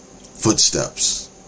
footsteps